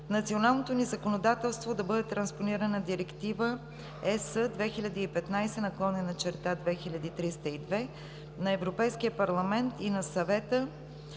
националното ни законодателство да бъде транспонирана Директива (ЕС) 2015/2302 на Европейския парламент и на Съвета